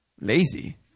lazy